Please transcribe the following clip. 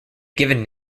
given